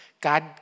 God